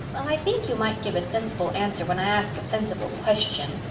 well, i think you might give a sensible answer when i ask a sensible question,